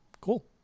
Cool